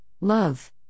love